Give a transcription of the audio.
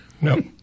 No